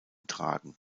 tragen